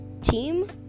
team